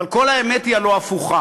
אבל כל האמת היא הלוא הפוכה.